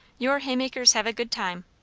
your haymakers have a good time,